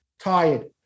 tired